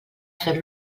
fer